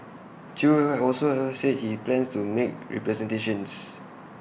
chew are also said he plans to make representations